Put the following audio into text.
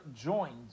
joined